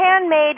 handmade